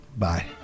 Bye